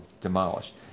demolished